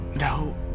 No